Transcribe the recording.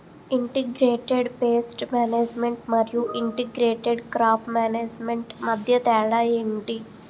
integrated pest management మరియు integrated crop management మధ్య తేడా ఏంటి